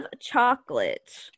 chocolate